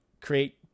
create